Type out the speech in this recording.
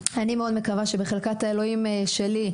אני מאוד מקווה שבחלקת האלוהים שלי,